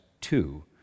two